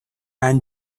han